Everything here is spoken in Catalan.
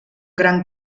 gran